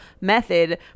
method